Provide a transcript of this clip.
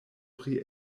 pri